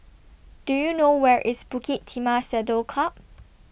Do YOU know Where IS Bukit Timah Saddle Club